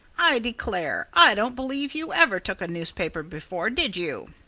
i declare, i don't believe you ever took a newspaper before did you?